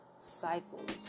cycles